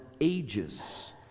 ages